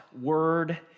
word